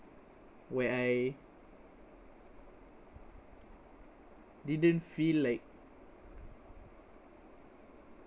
where I didn't feel like